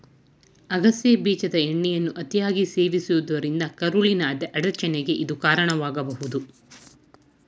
ಅಗಸೆ ಬೀಜದ ಎಣ್ಣೆಯನ್ನು ಅತಿಯಾಗಿ ಸೇವಿಸುವುದರಿಂದ ಕರುಳಿನ ಅಡಚಣೆಗೆ ಇದು ಕಾರಣವಾಗ್ಬೋದು